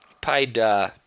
paid